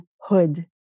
hood